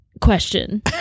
Question